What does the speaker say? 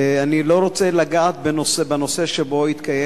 אני לא רוצה לגעת בנושא שבו התקיים